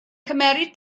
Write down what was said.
cymryd